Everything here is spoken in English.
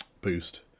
boost